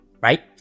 right